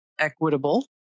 equitable